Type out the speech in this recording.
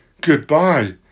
Goodbye